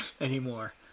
anymore